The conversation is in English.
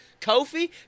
Kofi